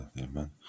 Amen